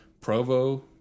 Provo